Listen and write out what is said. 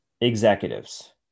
executives